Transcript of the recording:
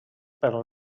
pel